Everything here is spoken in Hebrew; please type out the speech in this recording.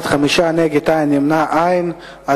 בעד, 5, נגד, אין, נמנעים, אין.